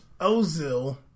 Ozil